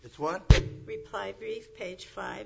it's what reply brief page five